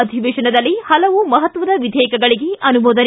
ಅಧಿವೇಶನದಲ್ಲಿ ಹಲವು ಮಹತ್ವದ ವಿಧೇಯಕಗಳಿಗೆ ಅನುಮೋದನೆ